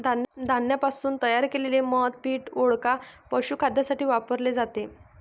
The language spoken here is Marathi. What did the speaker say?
राय धान्यापासून तयार केलेले मद्य पीठ, वोडका, पशुखाद्यासाठी वापरले जाते